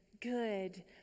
good